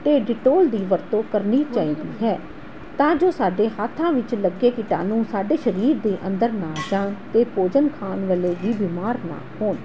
ਅਤੇ ਡਿਟੋਲ ਦੀ ਵਰਤੋਂ ਕਰਨੀ ਚਾਹੀਦੀ ਹੈ ਤਾਂ ਜੋ ਸਾਡੇ ਹੱਥਾਂ ਵਿੱਚ ਲੱਗੇ ਕੀਟਾਣੂ ਸਾਡੇ ਸਰੀਰ ਦੇ ਅੰਦਰ ਨਾ ਜਾਣ ਅਤੇ ਭੋਜਨ ਖਾਣ ਵੇਲੇ ਵੀ ਬਿਮਾਰ ਨਾ ਹੋਣ